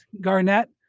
Garnett